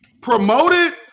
Promoted